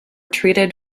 treated